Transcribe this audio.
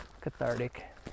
cathartic